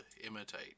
imitate